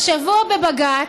השבוע בבג"ץ,